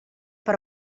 per